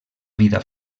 vida